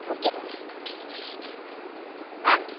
okay ma'am ma'am